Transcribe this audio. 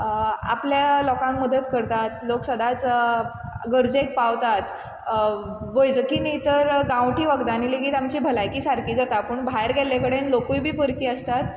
आपले लोकांक मदत करतात लोक सदांच गरजेक पावतात वैजकी न्ही तर गांवठी वखदांनी लेगीत आमची भलायकी सारकी जाता पूण भायर गेल्ले कडेन लोकूय बी परखी आसतात